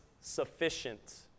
sufficient